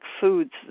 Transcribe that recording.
foods